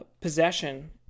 possession